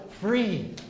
free